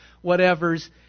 whatever's